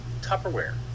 Tupperware